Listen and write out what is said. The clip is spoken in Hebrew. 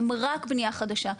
הם רק בנייה חדשה.